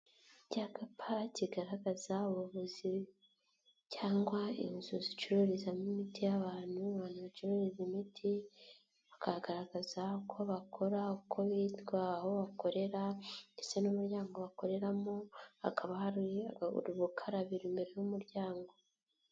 Icyakapa kigaragaza ubuvuzi cyangwa inzu zicururizamo imiti y' abantu, ahantu bacururiza imiti, bakagaragaza uko bakora, uko bitwa, aho bakorera ndetse n'umuryango bakoreramo hakaba hari urukarabiro imbere y'umuryango.